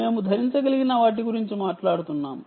మేము ధరించగలిగిన వాటి గురించి మాట్లాడుతున్నాము